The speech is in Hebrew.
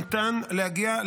ניתן להגיע,